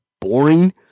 boring